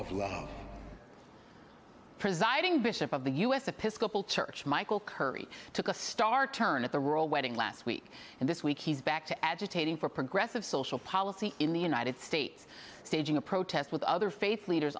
are presiding bishop of the u s episcopal church michael curry took a star turn at the royal wedding last week and this week he's back to agitating for progressive social policy in the united states staging a protest with other faith leaders